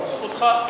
זכותך.